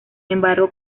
embargo